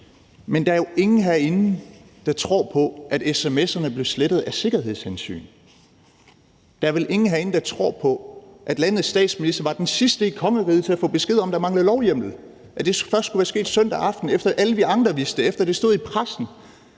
men der er jo ingen herinde, der tror på, at sms'erne blev slettet af sikkerhedshensyn. Der er vel ingen herinde, der tror på, at landets statsminister var den sidste i kongeriget til at få besked om, at der manglede lovhjemmel, og at det først skulle være sket søndag aften, efter at alle vi andre vidste det, og efter det stod i pressen.